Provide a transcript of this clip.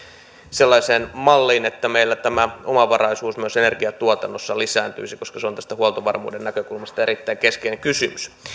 sellaiseen malliin että meillä tämä omavaraisuus myös energiantuotannossa lisääntyisi koska se on tästä huoltovarmuuden näkökulmasta erittäin keskeinen kysymys